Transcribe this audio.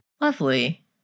Lovely